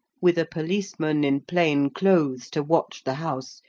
with a policeman in plain clothes to watch the house,